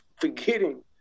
forgetting